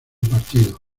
partido